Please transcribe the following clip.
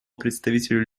представителю